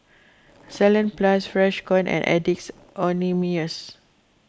Salonpas Freshkon and Addicts Anonymous